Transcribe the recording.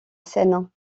seine